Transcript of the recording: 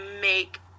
make